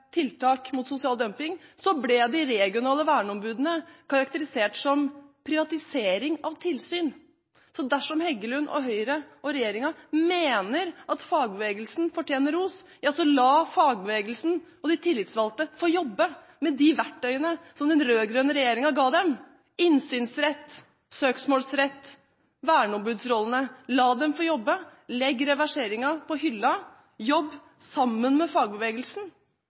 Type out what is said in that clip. tiltak mot sosial dumping, ble de regionale verneombudene karakterisert som privatisering av tilsyn. Dersom Heggelund, Høyre og regjeringen mener at fagbevegelsen fortjener ros, burde de la fagbevegelsen og de tillitsvalgte få jobbe med de verktøyene som den rød-grønne regjeringen ga dem: innsynsrett, søksmålsrett og verneombudsroller. La dem få jobbe, legg reverseringen på hyllen, jobb sammen med fagbevegelsen